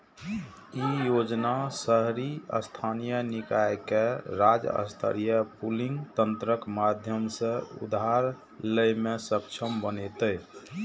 ई योजना शहरी स्थानीय निकाय कें राज्य स्तरीय पूलिंग तंत्रक माध्यम सं उधार लै मे सक्षम बनेतै